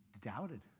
doubted